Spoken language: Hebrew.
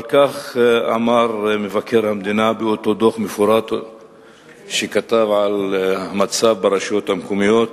אבל כך אמר מבקר המדינה באותו דוח מפורט שכתב על המצב ברשויות המקומיות.